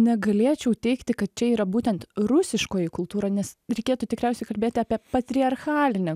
negalėčiau teigti kad čia yra būtent rusiškoji kultūra nes reikėtų tikriausiai kalbėti apie patriarchalinę